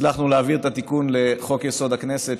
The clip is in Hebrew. הצלחנו להעביר את התיקון לחוק-יסוד: הכנסת,